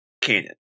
canon